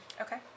Okay